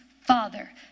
Father